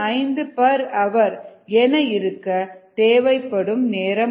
5h என இருக்க தேவைப்படும் நேரம்